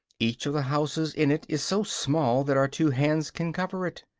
each of the houses in it is so small that our two hands can cover it.